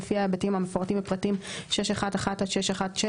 לפי ההיבטים המפורטים בפרטים 6.1.1 עד 6.1.6,